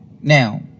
Now